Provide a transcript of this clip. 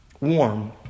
warm